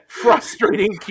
frustrating